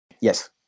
Yes